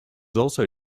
also